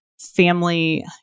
family